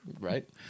Right